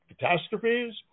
catastrophes